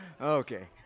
Okay